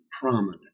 prominent